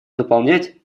дополнять